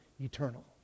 eternal